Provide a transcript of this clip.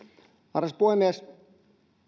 arvoisa puhemies